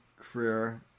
career